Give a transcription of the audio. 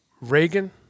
Reagan